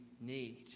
need